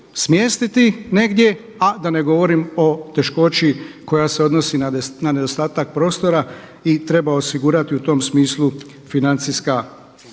smjestiti negdje, a da ne govorim o teškoći koja se odnosi na nedostatak prostora i treba osigurati u tom smislu financijska